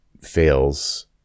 fails